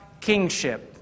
kingship